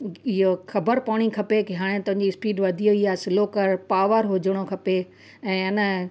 इहो ख़बरु पवणी खपे की हाणे तुंहिंजी स्पीड वधी वई आहे स्लो कर पावर हुजणो खपे ऐं हेन